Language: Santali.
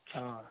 ᱚ